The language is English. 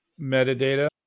metadata